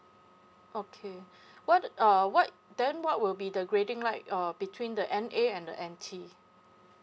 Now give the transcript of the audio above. okay what uh what then what will be the grading like uh between the N_A and the N_T